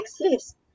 exist